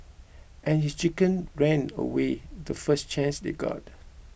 and his chicken ran away the first chance they got